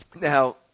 Now